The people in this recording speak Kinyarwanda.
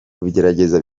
kubigerageza